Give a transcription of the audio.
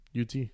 UT